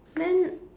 then